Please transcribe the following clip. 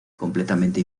completamente